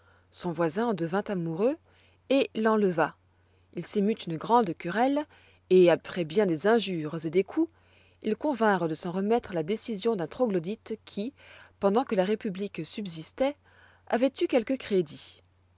son voisin en devint amoureux et l'enleva il s'émut une grande querelle et après bien des injures et des coups ils convinrent de s'en remettre à la décision d'un troglodyte qui pendant que la république subsistoit avoit eu quelque crédit